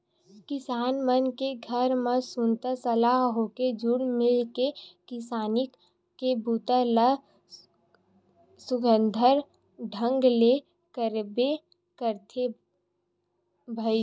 किसान मन के घर म सुनता सलाह होके जुल मिल के किसानी के बूता ल सुग्घर ढंग ले करबे करथन भईर